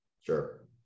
sure